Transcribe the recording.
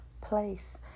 place